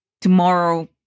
tomorrow